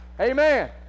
Amen